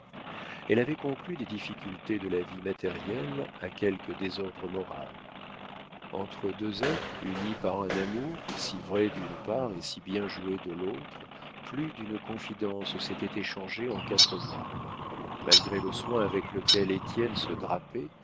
elle avait conclu des difficultés de la vie matérielle à quelque désordre moral entre deux êtres unis par un amour si vrai d'une part et si bien joué de l'autre plus d'une confidence s'était échangée en quatre mois malgré le soin avec lequel étienne se drapait